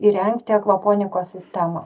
įrengti akvoponikos sistemą